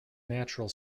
natural